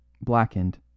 blackened